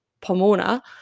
Pomona